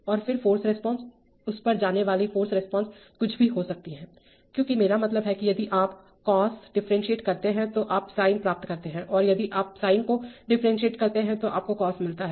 और फिर force response उस पर जाने वाली फाॅर्स रिस्पांस कुछ भी हो सकती है क्योंकि मेरा मतलब है कि यदि आप cosकॉस डिफेरेंशीट करते हैं तो आप साइन प्राप्त करते हैं और यदि आप साइन को डिफेरेंशीट करते हैं तो आपको कॉस मिलता है